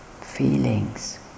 feelings